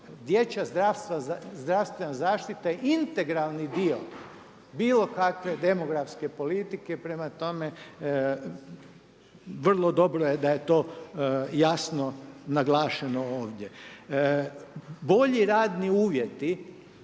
dječja zdravstvena zaštita integralni dio bilo kakve demografske politike prema tome vrlo dobro je da je to jasno naglašeno ovdje. Bolji radni uvjeti